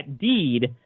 deed